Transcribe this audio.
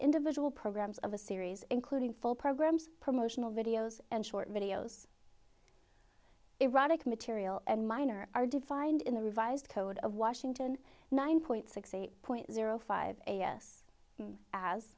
individual programs of a series including full programs promotional videos and short videos erotic material and minor are defined in the revised code of washington nine point six eight point zero five